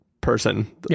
person